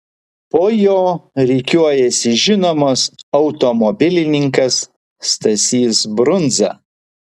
po jo rikiuojasi žinomas automobilininkas stasys brundza